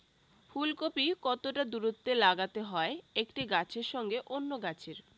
ফুলকপি কতটা দূরত্বে লাগাতে হয় একটি গাছের সঙ্গে অন্য গাছের?